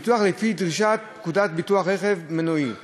ביטוח לפי דרישות פקודת ביטוח רכב מנועי ,